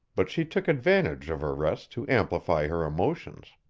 but she took advantage of her rest to amplify her emotions.